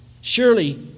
Surely